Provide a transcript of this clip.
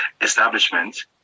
establishment